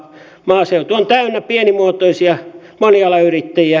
maaseutu on täynnä pienimuotoisia monialayrittäjiä